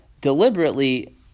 deliberately